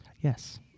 Yes